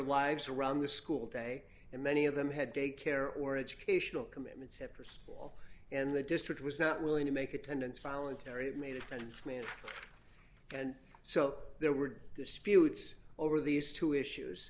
lives around the school day and many of them had daycare or educational commitments after school and the district was not willing to make attendance voluntary it made sense and so there were disputes over these two issues